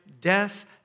death